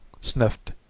sniffed